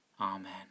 Amen